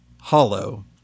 Hollow